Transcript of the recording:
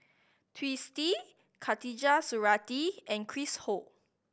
Twisstii Khatijah Surattee and Chris Ho